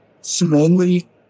slowly